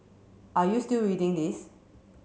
are you still reading this